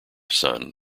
sun